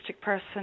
person